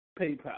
PayPal